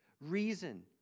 reason